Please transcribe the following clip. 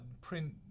print